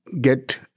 get